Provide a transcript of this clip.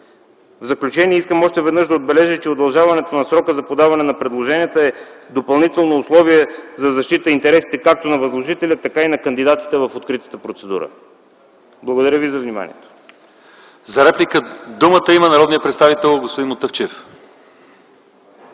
В заключение искам още веднъж да отбележа, че удължаването на срока за подаване на предложенията е допълнително условие за защита интересите както на възложителя, така и на кандидатите в откритата процедура. Благодаря Ви за вниманието. ПРЕДСЕДАТЕЛ ЛЪЧЕЗАР ИВАНОВ: За реплика има думата народният представител господин Мутафчиев.